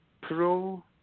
Pro